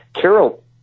Carol